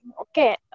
Okay